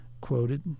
quoted